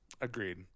Agreed